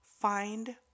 Find